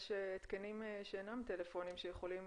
יש התקנים שאינם טלפונים שיכולים